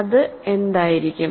അത് എന്തായിരിക്കും